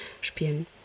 spielen